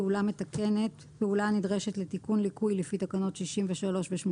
"פעולה מתקנת" פעולה הנדרשת לתיקון ליקוי לפי תקנות 63 ו-89,